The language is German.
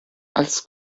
als